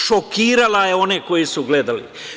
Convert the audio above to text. Šokirala je one koji su gledali.